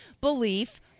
belief